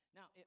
Now